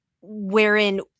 wherein